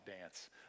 dance